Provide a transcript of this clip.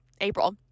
April